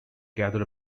gather